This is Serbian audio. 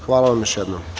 Hvala vam još jednom.